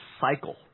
cycle